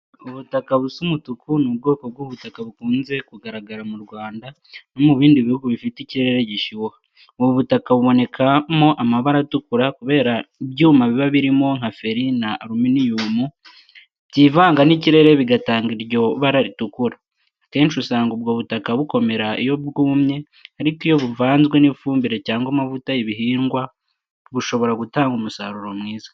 Ubutaka busa umutuku ni ubwoko bw’ubutaka bukunze kugaragara mu Rwanda no mu bindi bihugu bifite ikirere gishyuha. Ubu butaka bubonekamo amabara atukura kubera ibyuma biba birimo nka feri na aluminiyumu byivanga n’ikirere bigatanga iryo bara ritukura. Akenshi usanga ubwo butaka bukomera iyo bwumye, ariko iyo buvanzwe n’ifumbire cyangwa amavuta y’ibihingwa, bushobora gutanga umusaruro mwiza.